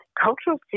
Cultural